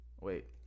wait